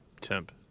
temp